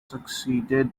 succeeded